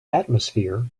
atmosphere